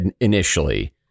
initially